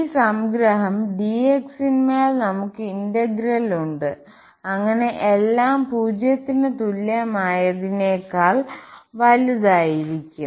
ഈ സംഗ്രഹം dx ന്മേൽ നമുക്ക് ഇന്റഗ്രൽ ഉണ്ട് അങ്ങനെ എല്ലാം 0 ന് തുല്യമായതിനേക്കാൾ വലുതായിരിക്കും